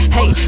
Hey